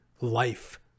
life